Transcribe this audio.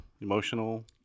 emotional